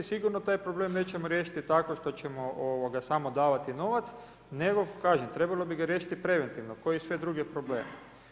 Sigurno taj problem nećemo riješiti tako što ćemo samo davati novac nego kažem trebalo bi ga riješiti preventivno kao i sve druge probleme.